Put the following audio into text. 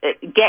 get